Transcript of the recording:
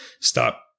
stop